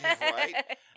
Right